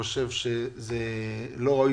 זאת שאלה.